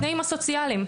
בתנאים הסוציאליים,